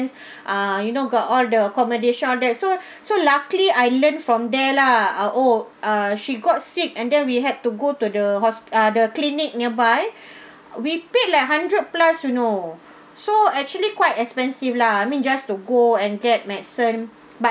ah you know got all the accommodation all that so so luckily I learn from there lah ah oh uh she got sick and then we had to go to the hospi~ ah the clinic nearby we pay like hundred plus you know so actually quite expensive lah I mean just to go and get medicine but